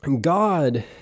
God